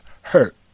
hurt